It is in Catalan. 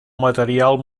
material